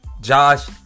Josh